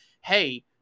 hey